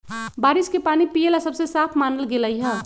बारिश के पानी पिये ला सबसे साफ मानल गेलई ह